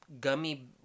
gummy